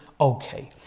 okay